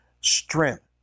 strength